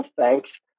thanks